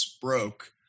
Broke